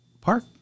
park